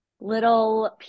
little